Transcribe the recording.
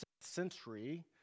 century